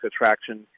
attraction